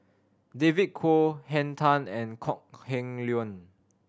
David Kwo Henn Tan and Kok Heng Leun